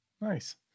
Nice